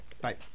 Bye